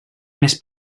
més